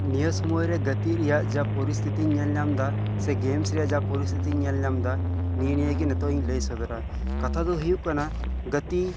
ᱱᱤᱭᱟᱹ ᱥᱳᱢᱳᱭ ᱨᱮ ᱜᱟᱛᱮᱜ ᱨᱮᱭᱟᱜ ᱡᱟ ᱯᱚᱨᱤᱥᱛᱷᱤᱛᱤᱧ ᱧᱮᱞ ᱧᱟᱢ ᱫᱟ ᱥᱮ ᱜᱮᱢᱥ ᱨᱮᱭᱟᱜ ᱡᱟ ᱯᱚᱨᱤᱥᱛᱷᱤᱛᱤᱧ ᱧᱮᱞ ᱧᱟᱢ ᱮᱫᱟ ᱱᱮᱜ ᱮ ᱱᱤᱭᱟᱹᱜᱮ ᱱᱤᱛᱟᱹᱜ ᱤᱧ ᱞᱟᱹᱭ ᱥᱚᱫᱚᱨᱟ ᱠᱟᱛᱷᱟ ᱫᱚ ᱦᱳᱭᱳᱜ ᱠᱟᱱᱟ ᱜᱟᱛᱮ